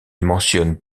mentionne